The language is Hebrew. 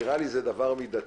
נראה לי שזה דבר מדתי,